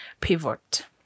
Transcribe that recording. pivot